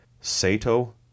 Sato